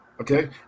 Okay